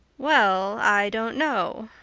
well, i don't know,